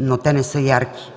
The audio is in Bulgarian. но те не са ярки.